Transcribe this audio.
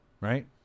right